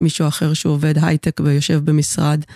מישהו אחר שעובד הייטק ויושב במשרד.